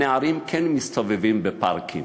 הנערים כן מסתובבים בפארקים,